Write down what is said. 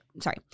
sorry